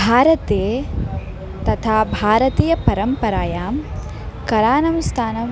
भारते तथा भारतीयपरम्परायां कलानां स्थानम्